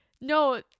No